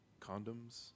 condoms